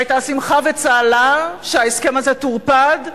והיתה שמחה וצהלה שההסכם הזה טורפד.